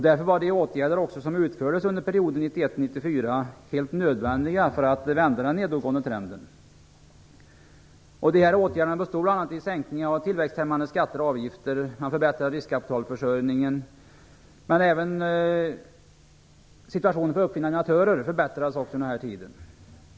Därför var de åtgärder som utfördes under perioden 1991-1994 helt nödvändiga för att vända den nedåtgående trenden. De här åtgärderna bestod bl.a. i en sänkning av tillväxthämmande skatter och avgifter och en förbättring av riskkapitalförsörjningen. Även situationen för uppfinnare och innovatörer förbättrades under den här tiden.